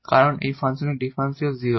কারণ এই ফাংশনের ডিফারেনশিয়াল 0